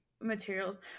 materials